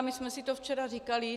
My jsme si to včera říkali.